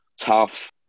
Tough